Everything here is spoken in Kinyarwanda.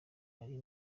nari